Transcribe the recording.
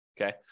Okay